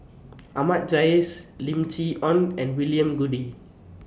Ahmad Jais Lim Chee Onn and William Goode